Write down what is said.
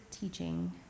teaching